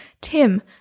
Tim